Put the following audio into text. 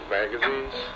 magazines